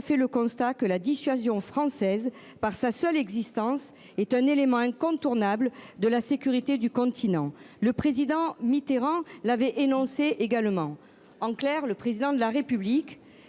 fait le constat que la dissuasion française, par sa seule existence, était un élément incontournable de la sécurité du continent. Le président Mitterrand l’avait également énoncé. En clair, le Président de la République